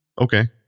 okay